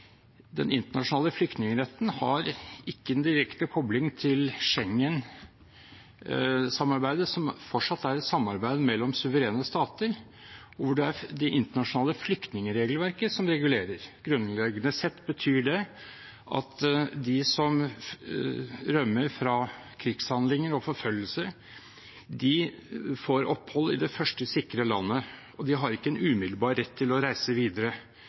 den internasjonale flyktningretten ikke har en direkte kobling til Schengen-samarbeidet, som fortsatt er et samarbeid mellom suverene stater, og hvor det er det internasjonale flyktningregelverket som regulerer. Grunnleggende sett betyr det at de som rømmer fra krigshandlinger og forfølgelse, får opphold i det første sikre landet, og de har ikke en umiddelbar rett til å reise videre.